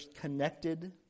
connected